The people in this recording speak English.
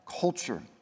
culture